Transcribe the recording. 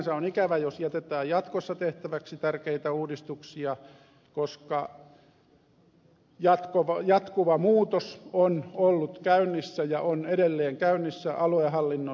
sinänsä on ikävä jos jätetään jatkossa tehtäväksi tärkeitä uudistuksia koska jatkuva muutos on ollut käynnissä ja on edelleen käynnissä aluehallinnossa